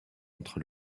entre